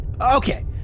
Okay